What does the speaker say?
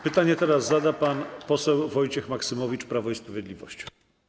Pytanie zada pan poseł Wojciech Maksymowicz, Prawo i Sprawiedliwość.